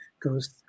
goes